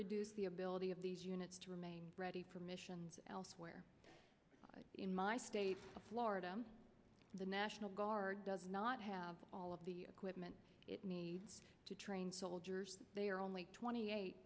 reduce the ability of these units to remain ready for missions elsewhere in my state of florida the national guard does not have all of the equipment it needs to train soldiers they are only twenty eight